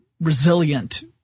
resilient